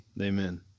Amen